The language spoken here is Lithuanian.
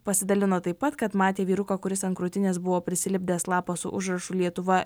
pasidalino taip pat kad matė vyruką kuris ant krūtinės buvo prisilipdęs lapą su užrašu lietuva